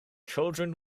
children